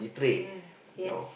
mm yes